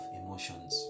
emotions